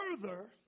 further